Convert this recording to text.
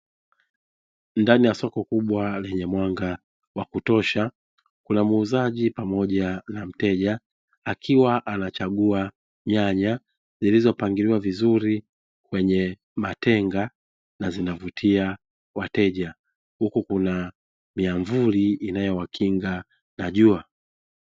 Ndani ya soko kubwa lenye mwanga wa kutosha, kuna muuzaji pamoja na mteja akiwa anachagua nyanya zilizopangiliwa vizuri kwenye matenga na zinavutia wateja huku kuna miamvuli inayowakinga na jua.